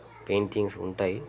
paintings ఉంటాయి